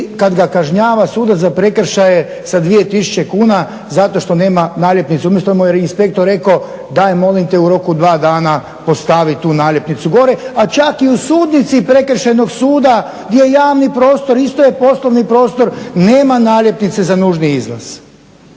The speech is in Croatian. kada ga kažnjava sudac za prekršaje sa 2 tisuće kuna zato što nema naljepnicu, umjesto da mu je inspektor rekao daj molim te u roku od 2 dana postaviti tu naljepnicu gore. A čak i u sudnici prekršajnog suda gdje je javni prostor isto je poslovni prostor nema naljepnice za nužni izlaz.